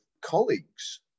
colleagues